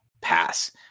pass